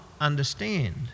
understand